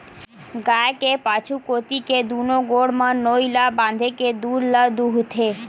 गाय के पाछू कोती के दूनो गोड़ म नोई ल बांधे के दूद ल दूहूथे